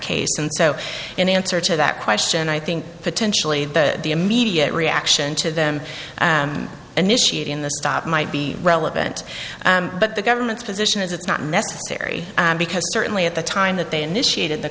case and so in answer to that question i think potentially the immediate reaction to them initiating the stop might be relevant but the government's position is it's not necessary because certainly at the time that they initiated the